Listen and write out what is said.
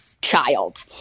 child